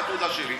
מהתעודה שלי.